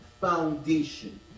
foundation